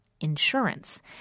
insurance